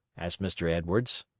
asked mr. edwards.